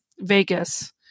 Vegas